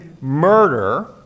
murder